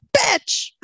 bitch